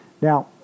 Now